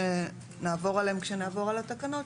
שנעבור עליהם כשנעבור על התקנות,